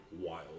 wild